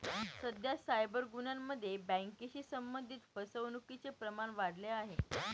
सध्या सायबर गुन्ह्यांमध्ये बँकेशी संबंधित फसवणुकीचे प्रमाण वाढले आहे